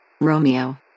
Romeo